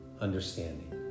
understanding